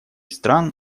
стран